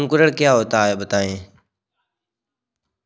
अंकुरण क्या होता है बताएँ?